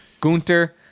Gunther